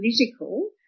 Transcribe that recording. political